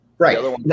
Right